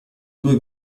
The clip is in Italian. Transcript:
due